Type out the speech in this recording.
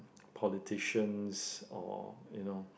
politicians or you know